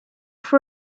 for